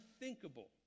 unthinkable